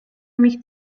mich